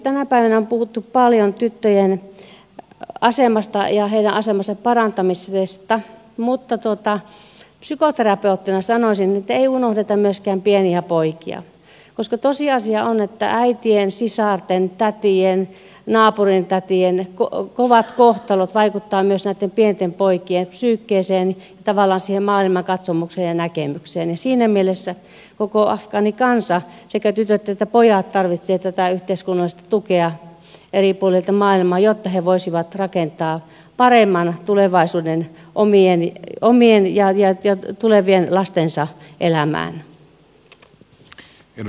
tänä päivänä on puhuttu paljon tyttöjen asemasta ja heidän asemansa parantamisesta mutta psykoterapeuttina sanoisin että ei unohdeta myöskään pieniä poikia koska tosiasia on että äitien sisarten tätien naapurin tätien kovat kohtalot vaikuttavat myös näitten pienten poikien psyykeeseen tavallaan siihen maailmankatsomukseen ja näkemykseen ja siinä mielessä koko afgaanikansa sekä tytöt että pojat tarvitsee tätä yhteiskunnallista tukea eri puolilta maailmaa jotta he voisivat rakentaa paremman tulevaisuuden omaan ja tulevien lastensa elämään